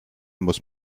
muss